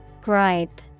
Gripe